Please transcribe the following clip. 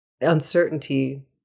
uncertainty